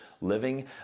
living